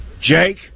Jake